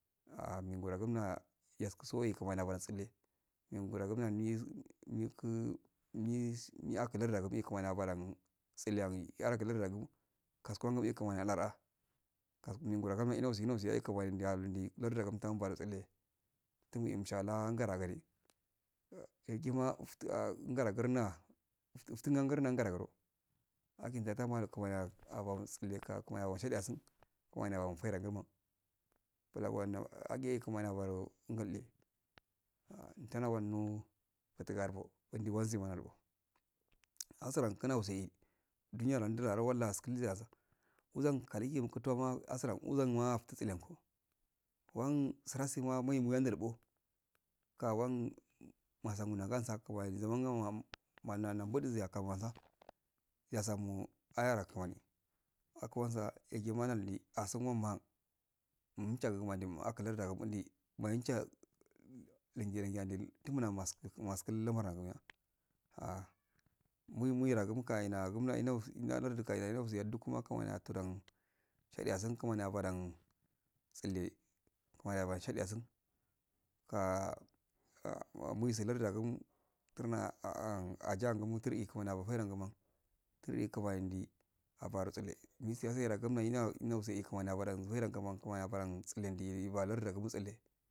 Ah mengama yaskuso wai kumani yafodan tsille wenguda gumna nd mdika ndi niakulada mi u kumani yaba ragun tsilliyagun yagu lardagun kaskwan dagun e kunani yalalada kasmina nausi go nausiya e kumaui ndaludi larduagu mtagun karo tselle tungi in mtshala ngara ngade yagima iffah ngaragunna uftina ngua garagoro abintatama kumani a babamo tsillika kumani yasamo shadiya sunkumani yab fada gurno blaguma alge e kumani yabaro ngulde untana wauno kutubarfo bundi wazima ibo asuran wanno kutuburfo jundi wazimz ibo asuran kuunan sei duniyaranda walla askul dias wazan kaligun tuwana asran wuzan ma afitsilanku wan sirasuma mai muwan malibo kawan masaguna wansa kumani zaman mana nan budiziya kamuriza nosamu ayoro kumani akwansa yagima nolngi asungon man mchagu mandimo akulardduya gun bundi daincha lenge lenge da ndel tumuna tununa masku masku tamaran gunya ah mui mu'uragu muka yenagumba i yana ka'u indusiyado duk ma kimani atodan shadiya tun kumani ya badan tsille kamani yjadan shadiyasun ka muise lardiyaguon turna ajan gi mutur'e kumani yagofairan guma kur'e kamanigi abaru tsille lai siyassda gumna'e yinan use-e kumani badan feifda qume kumani yafadan kuman kummi fodan zaidan qume kumani yafodan tsele